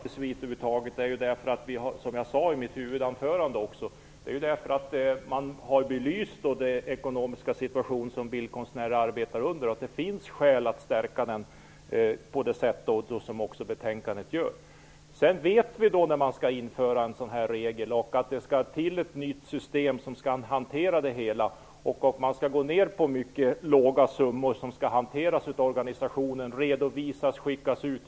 Fru talman! Anledningen till att vi vill införa droit de suite över huvud taget är att man har belyst den ekonomiska situation som bildkonstnärer arbetar under. Det finns skäl att stärka denna på det sätt som föreslås i betänkandet. När vi skall införa en regel av den här typen måste det till ett nytt system som kan hantera det hela. Det kan bli fråga om mycket små summor som skall hanteras, redovisas och skickas ut.